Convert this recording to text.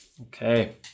Okay